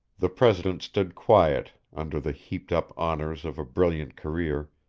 the president stood quiet, under the heaped-up honors of a brilliant career,